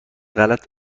غلط